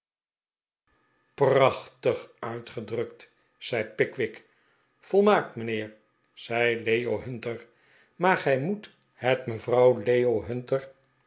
prachtig uitgedrukt zei pickwick volmaakt mijnheer zei leo hunter maar gij moet het mevrouw leo hunter